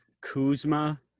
Kuzma